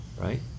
right